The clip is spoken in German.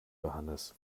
johannes